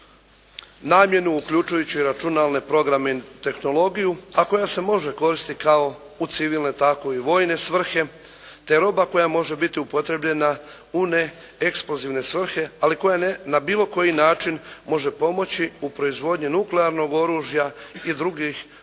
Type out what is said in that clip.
namjenu, uključujući i računalne programe i tehnologiju, ako još se može koristiti kao u civilne, tako i u vojne svrhe te roba koja može biti upotrijebljena u neeksplozivne svrhe, ali koja na bilo koji način može pomoći u proizvodnju nuklearnog oružja i drugih